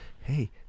Hey